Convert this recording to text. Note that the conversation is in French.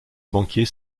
banquier